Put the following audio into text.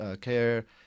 care